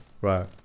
Right